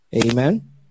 Amen